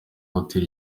hotel